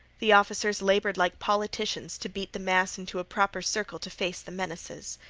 the officers labored like politicians to beat the mass into a proper circle to face the menaces.